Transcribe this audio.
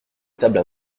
table